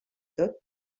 tot